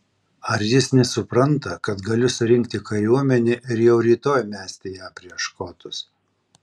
ar jis nesupranta kad galiu surinkti kariuomenę ir jau rytoj mesti ją prieš škotus